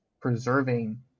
preserving